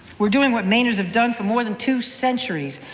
we are doing what mainers have done for more than two centuries,